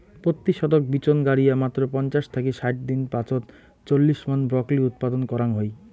পত্যি শতক বিচন গাড়িয়া মাত্র পঞ্চাশ থাকি ষাট দিন পাছত চল্লিশ মন ব্রকলি উৎপাদন করাং হই